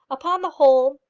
upon the whole,